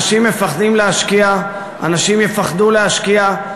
אנשים מפחדים להשקיע, אנשים יפחדו להשקיע,